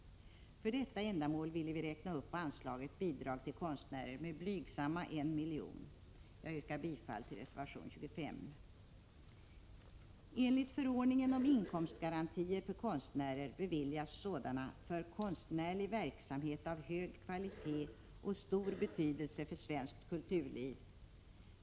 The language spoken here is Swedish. För detta ändamål ville vi räkna upp anslaget Bidrag till konstnärer med blygsamma 1 milj.kr. Jag yrkar bifall till reservation 25. Enligt förordningen om inkomstgarantier för konstnärer beviljas sådana för konstnärlig verksamhet av hög kvalitet och stor betydelse för svenskt kulturliv.